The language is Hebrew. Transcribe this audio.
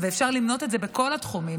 אפשר למנות את זה בכל התחומים.